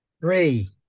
three